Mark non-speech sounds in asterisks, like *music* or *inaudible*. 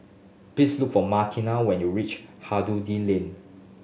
please look for Martina when you reach *unintelligible* Lane